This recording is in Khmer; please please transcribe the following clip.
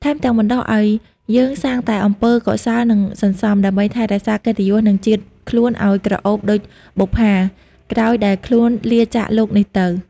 ថែមទាំងបណ្ដុះឲ្យមនុស្សសាងតែអំពើកុសលនិងសន្សំ ដើម្បីថែរក្សាកិត្តិយសនិងជាតិខ្លួនឲ្យក្រអូបដូចបុប្ផា ក្រោយដែលខ្លួនលាចាកលោកនេះទៅ។